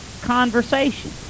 conversation